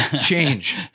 change